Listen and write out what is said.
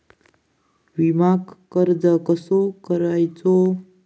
विम्याक अर्ज कसो करायचो?